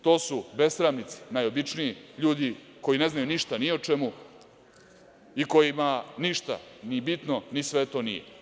To su besramnici najobičniji, ljudi koji ne znaju ništa ni o čemu i kojima ništa ni bitno ni sveto nije.